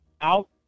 out